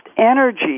energy